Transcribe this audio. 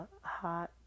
hot